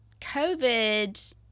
COVID